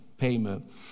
Payment